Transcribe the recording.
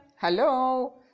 Hello